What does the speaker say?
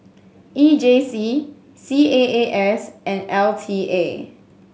E J C C A A S and L T A